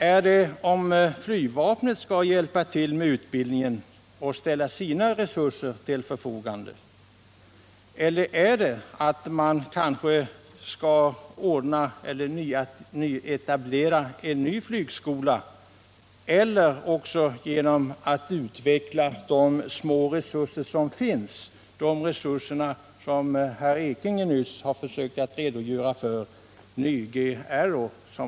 Skall flygvapnet hjälpa till med utbildningen och ställa sina resurser till förfogande, skall en ny flygskola etableras eller skall man utveckla de små resurser som finns och som Bernt Ekinge nyss försökte redogöra för?